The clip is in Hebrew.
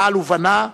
פעל ובנה,